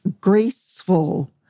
graceful